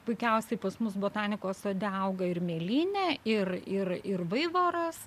puikiausiai pas mus botanikos sode auga ir mėlynė ir ir ir vaivoras